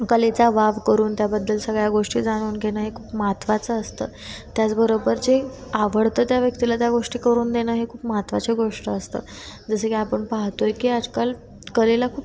कलेचा वाव करून त्याबद्दल सगळ्या गोष्टी जाणून घेणं हे खूप महत्त्वाचं असतं त्याचबरोबर जे आवडतं त्या व्यक्तीला त्या गोष्टी करून देणं हे खूप महत्त्वाचे गोष्ट असतं जसं की आपण पाहतो आहे की आजकाल कलेला खूप